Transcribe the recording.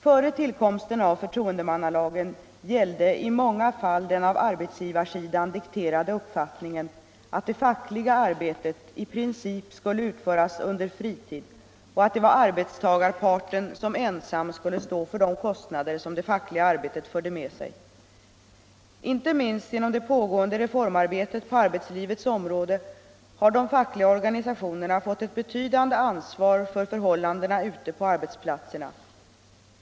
Före tillkomsten av förtroendemannalagen gällde i många fall den av arbetsgivarsidan dikterade uppfattningen, att det fackliga arbetet i princip skulle utföras under fritid och att det var arbetstagarparten som ensam skulle stå för de kostnader som det fackliga arbetet förde med sig. Inte minst genom det pågående reformarbetet på arbetslivets område har de fackliga organisationerna fått ett betydande ansvar för förhållandena ute på arbetsplatserna.